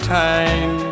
time